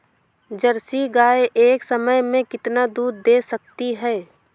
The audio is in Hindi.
जर्सी गाय एक समय में कितना दूध दे सकती है?